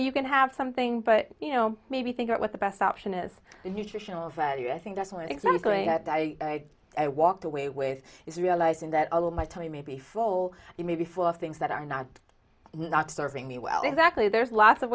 you can have something but you know maybe think about what the best option is nutritional value i think definitely exactly i walked away ways is realizing that all my tele may be full you may be full of things that are not not serving me well exactly there's lots of